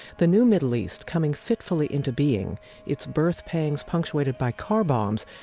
the new middle east, coming fitfully into being its birth pangs punctuated by car bombs,